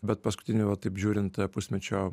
bet paskutinio va taip žiūrint pusmečio